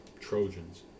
Trojans